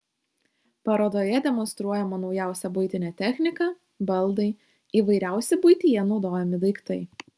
parodoje demonstruojama naujausia buitinė technika baldai įvairiausi buityje naudojami daiktai